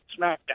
SmackDown